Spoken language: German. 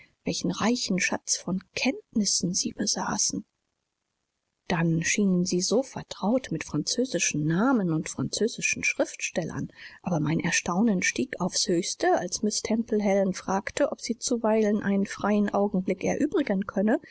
welchen reichen schatz von kenntnissen sie besaßen dann schienen sie so vertraut mit französischen namen und französischen schriftstellern aber mein erstaunen stieg aufs höchste als miß temple helen fragte ob sie zuweilen einen freien augenblick erübrigen könne